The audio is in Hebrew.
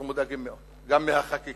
אנחנו מודאגים מאוד גם מהחקיקה,